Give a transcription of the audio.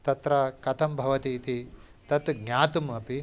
तत्र कथं भवति इति तत् ज्ञातुम् अपि